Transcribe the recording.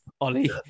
Ollie